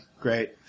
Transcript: Great